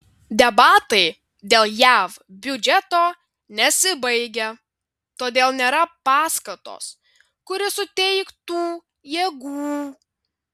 debatai dėl jav biudžeto nesibaigia todėl nėra paskatos kuri suteiktų jėgų